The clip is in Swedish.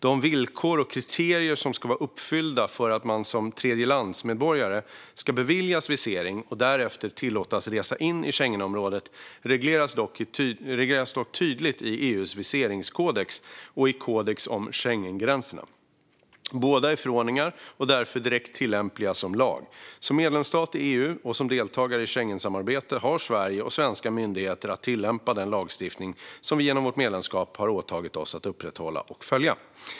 De villkor och kriterier som ska vara uppfyllda för att man som tredjelandsmedborgare ska beviljas visering och därefter tillåtas resa in i Schengenområdet regleras dock tydligt i EU:s viseringskodex och i kodex om Schengengränserna. Båda är förordningar och därför direkt tillämpliga som lag. Som medlemsstat i EU och som deltagare i Schengensamarbetet har Sverige och svenska myndigheter att tillämpa den lagstiftning som vi genom vårt medlemskap har åtagit oss att upprätthålla och följa.